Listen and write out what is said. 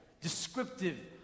descriptive